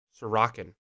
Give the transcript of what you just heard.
Sorokin